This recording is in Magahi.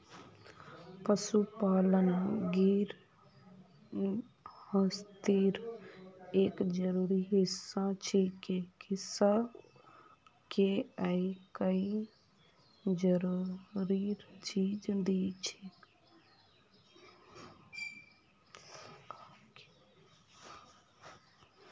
पशुपालन गिरहस्तीर एक जरूरी हिस्सा छिके किसअ के ई कई जरूरी चीज दिछेक